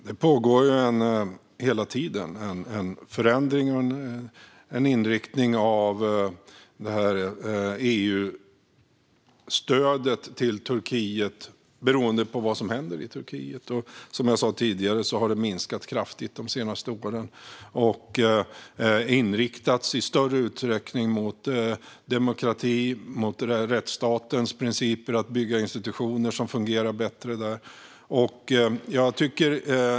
Fru talman! Det pågår hela tiden en förändring och en inriktning av EU-stödet beroende på vad som händer i Turkiet. Som jag sa tidigare har det minskat kraftigt de senaste åren och i större utsträckning inriktats mot demokrati och mot att bygga institutioner som fungerar och värnar rättsstatens principer.